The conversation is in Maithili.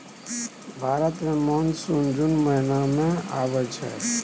भारत मे मानसून जुन महीना मे आबय छै